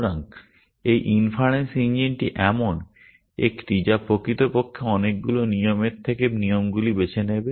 সুতরাং এই ইনফারেন্স ইঞ্জিনটি এমন একটি যা প্রকৃতপক্ষে অনেকগুলো নিয়মের থেকে নিয়মগুলি বেছে নেবে